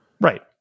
Right